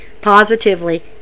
positively